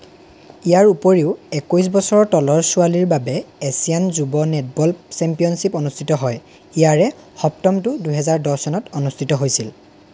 ইয়াৰ উপৰিও একৈশ বছৰৰ তলৰ ছোৱালীৰ বাবে এছিয়ান যুৱ নেটবল চেম্পিয়নশ্বিপ অনুষ্ঠিত হয় ইয়াৰে সপ্তমটো দুহেজাৰ দহ চনত অনুষ্ঠিত হৈছিল